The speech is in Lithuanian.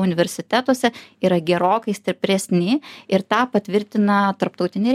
universitetuose yra gerokai stipresni ir tą patvirtina tarptautiniai